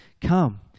come